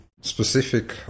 specific